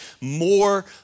more